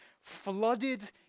flooded